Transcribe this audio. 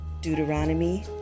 Deuteronomy